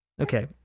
Okay